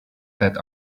that